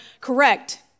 correct